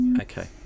Okay